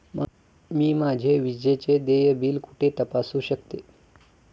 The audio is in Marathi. मी माझे विजेचे देय बिल कुठे तपासू शकते?